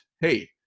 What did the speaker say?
hey